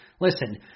Listen